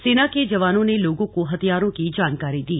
सेना के जवानों ने लोगों को हथियारों की जानकारी दी